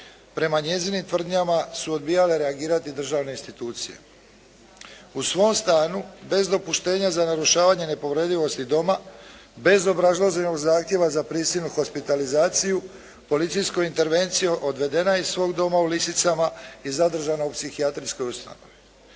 prema njezinim tvrdnjama su odbijale reagirati državne institucije. U svom stanu bez dopuštenja za narušavanje nepovredivosti doma bez obrazloženog zahtjeva za prisilnu hospitalizaciju, policijskom intervencijom odvedena je iz svog doma u lisicama i zadržana u psihijatrijskoj ustanovi.